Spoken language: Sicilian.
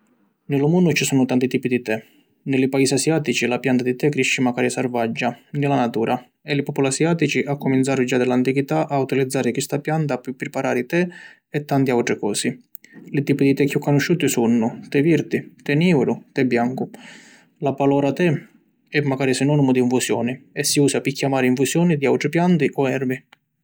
Ni lu munnu ci sunnu tanti tipi di tè. Ni li paisi asiatici la pianta di tè crisci macari sarvaggia ni la natura e li populi asiatici accuminzaru già di l’antichità a utilizzari chista pianta pi priparari tè e tanti autri cosi. Li tipi di tè chiù canusciuti sunnu: tè virdi, tè niuru, tè biancu. La palora tè e macari sinonimu di infusioni, e si usa pi chiamari infusioni di autri pianti o ervi.